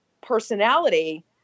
personality